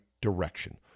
direction